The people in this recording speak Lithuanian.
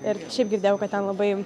ir šiaip girdėjau kad ten labai